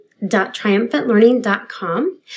TriumphantLearning.com